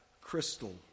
crystal